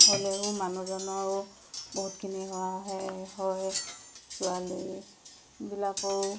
হ'লেও মানুহজনৰো বহুতখিনি সহায় হয় ছোৱালীবিলাকৰো